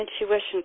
intuition